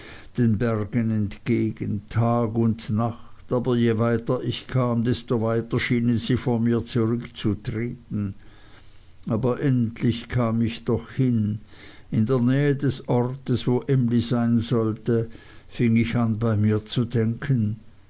den bergen entgegen tag und nacht aber je weiter ich kam desto weiter schienen sie vor mir zurückzutreten aber endlich kam ich doch hin in der nähe des ortes wo emly sein sollte fing ich an bei mir zu denken